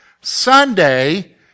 Sunday